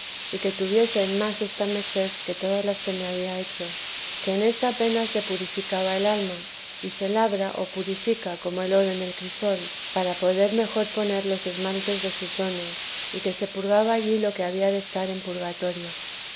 y que tuviese en más esta merced que todas las que me había hecho que en esta pena se purificaba el alma y se labra o purifica como el oro en el crisol para poder mejor poner los esmaltes de sus dones y que se purgaba allí lo que había de estar en purgatorio